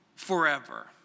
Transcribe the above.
Forever